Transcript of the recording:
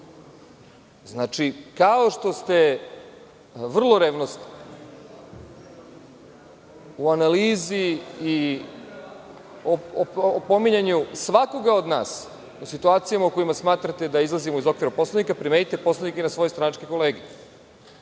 poruka? Znači, kao što ste vrlo revnosni u analizi i opominjanju svakoga od nas u situacijama u kojima smatrate da izlazimo iz okvira Poslovnika, primenite Poslovnik i na svoje stranačke kolege.